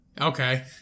Okay